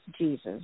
Jesus